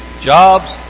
jobs